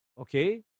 okay